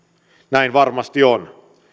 näin varmasti on